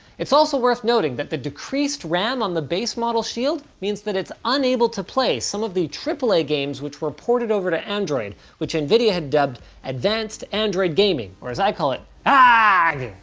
it's also worth noting that the decreased ram on the base model shield, means that it's unable to play some of the triple-a games which were ported over to android, which nvidia had dubbed advanced android gaming, or as i call it, ah aag!